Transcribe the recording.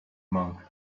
monk